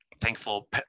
Thankful